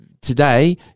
today